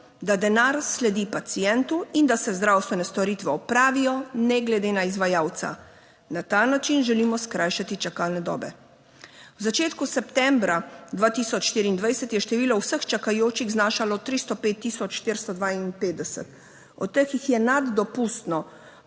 da denar sledi pacientu in da se zdravstvene storitve opravijo ne glede na izvajalca. Na ta način želimo skrajšati čakalne dobe. V začetku septembra 2024 je število vseh čakajočih znašalo 305 tisoč 452, od teh jih je nad dopustno